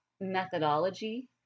methodology